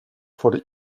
for